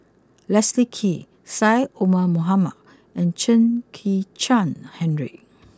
Leslie Kee Syed Omar Mohamed and Chen Kezhan Henri